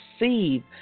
receive